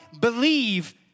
believe